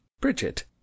Bridget